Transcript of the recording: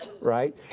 right